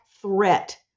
threat